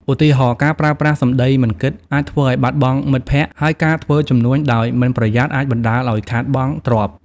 ឧទាហរណ៍៖ ការប្រើប្រាស់សម្ដីមិនគិត អាចធ្វើឲ្យបាត់បង់មិត្តភក្តិ ហើយការធ្វើជំនួញដោយមិនប្រយ័ត្ន អាចបណ្ដាលឲ្យខាតបង់ទ្រព្យ។